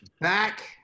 back